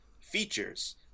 features